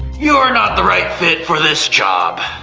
you're not the right fit for this job.